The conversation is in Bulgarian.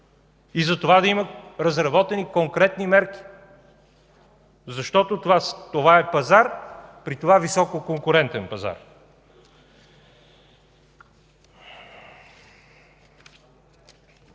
и за това да има разработени конкретни мерки. Това е пазар, при това високо конкурентен пазар.